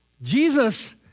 Jesus